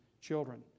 children